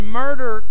murder